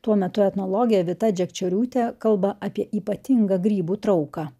tuo metu etnologė vita džekčioriūtė kalba apie ypatingą grybų trauką